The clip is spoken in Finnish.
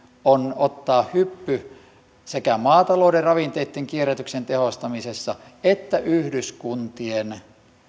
on ottaa hyppy sekä maatalouden ravinteitten kierrätyksen tehostamisessa että yhdyskuntien